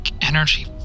energy